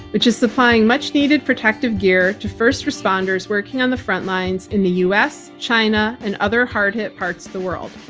which is supplying much needed protective gear to first responders working on the front lines in the us, china, and other hard hit parts of the world.